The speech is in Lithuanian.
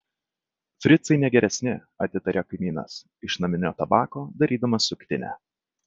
fricai ne geresni atitaria kaimynas iš naminio tabako darydamas suktinę